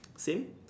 same